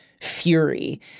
fury